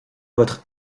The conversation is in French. votre